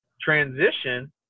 transition